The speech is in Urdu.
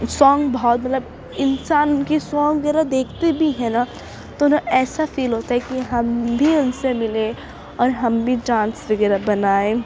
سانگ بہت مطلب انسان ان کی سانگ وغیرہ دیکھتے بھی ہیں نا تو انہیں ایسا فیل ہوتا ہے کہ ہم بھی ان سے ملیں اور ہم بھی ڈانس وغیرہ بنائیں